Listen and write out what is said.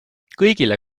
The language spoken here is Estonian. kõigile